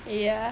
ya